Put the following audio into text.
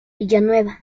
villanueva